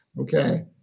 Okay